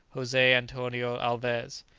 jose antonio alvez.